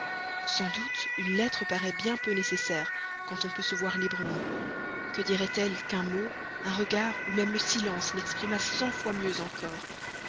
sans doute une lettre paraît bien peu nécessaire quand on peut se voir librement que dirait elle qu'un mot un regard ou même le silence n'exprimât cent fois mieux encore